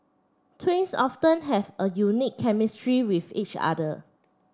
twins often have a unique chemistry with each other